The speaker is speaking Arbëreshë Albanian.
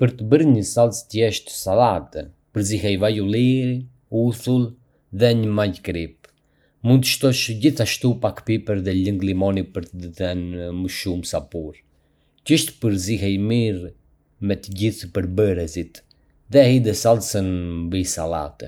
Për të bërë një salcë të thjeshtë sallate, përziej vaj ulliri, uthull dhe një majë kripe. Mund të shtosh gjithashtu pak piper dhe lëng limoni për të dhënë më shumë sapur. Thjesht përziej mirë të gjithë përbërësit dhe hidhe salcën mbi sallatë.